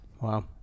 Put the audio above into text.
Wow